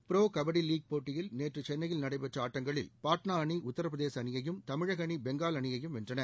bro kabaddi league போட்டியில் நேற்று சென்னையில் நடைபெற்ற ஆட்டங்களில் பாட்னா அணி உத்தரபிரதேச அணியையும் தமிழக அணி பெங்கால் அணியையும் வென்றன